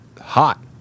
hot